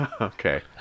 Okay